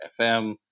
FM